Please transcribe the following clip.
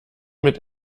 mit